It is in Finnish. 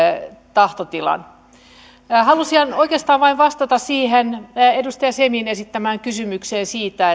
tahtotilan halusin oikeastaan vain vastata edustaja semin esittämään kysymykseen siitä